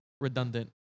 redundant